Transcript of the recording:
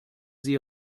sie